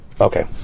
Okay